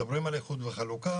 מדברים על איחוד וחלוקה.